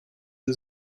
sie